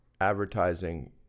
advertising